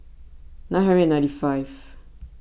nine hundred ninety five